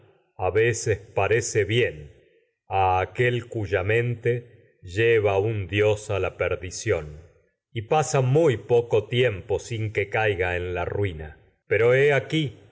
a veces parece bien aquel muy cuya mente lleva sin un dios a la perdición y pasa poco tiempo que caiga en la ruina pero he ahí